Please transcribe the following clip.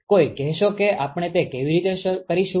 કોઈ કહેશે કે આપણે તે કેવી રીતે શરૂ કરીશું